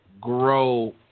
grow